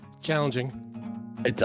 challenging